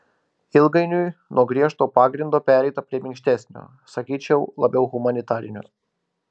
ilgainiui nuo griežto pagrindo pereita prie minkštesnio sakyčiau labiau humanitarinio